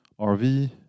RV